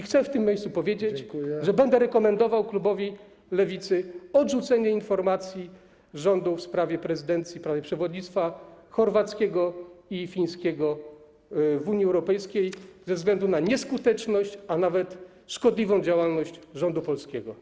Chcę w tym miejscu powiedzieć, że będę rekomendował klubowi Lewicy odrzucenie informacji rządu w sprawie prezydencji, przewodnictwa chorwackiego i przewodnictwa fińskiego w Unii Europejskiej ze względu na nieskuteczność, a nawet szkodliwą działalność rządu polskiego.